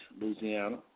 Louisiana